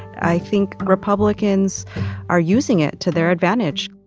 i think republicans are using it to their advantage